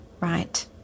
right